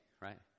right